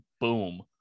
boom